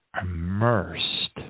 immersed